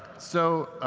so